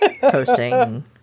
posting